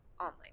online